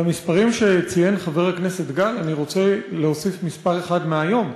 למספרים שציין חבר הכנסת גל אני רוצה להוסיף מספר אחד מהיום: